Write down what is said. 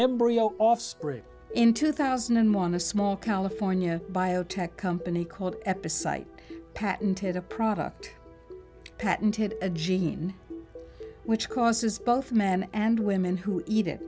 embryo offspring in two thousand and one a small california biotech company called epis site patented a product patented a gene which causes both men and women who eat it